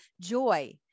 joy